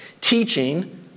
Teaching